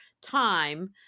time